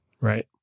right